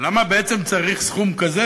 ולמה בעצם צריך סכום כזה?